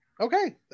okay